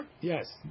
Yes